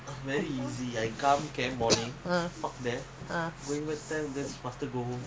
!huh! no cannot